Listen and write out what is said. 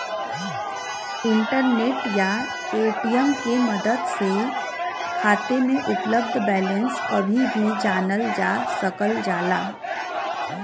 internet या ATM के मदद से खाता में उपलब्ध बैलेंस कभी भी जानल जा सकल जाला